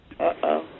Uh-oh